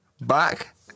back